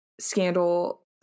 scandal